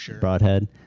broadhead